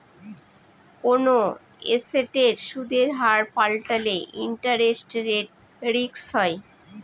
কোনো এসেটের সুদের হার পাল্টালে ইন্টারেস্ট রেট রিস্ক হয়